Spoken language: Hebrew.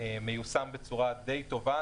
מיושם בצורה די טובה.